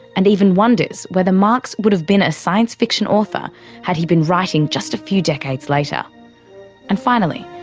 and even wonders whether marx would have been a science fiction author had he been writing just a few decades later and finally,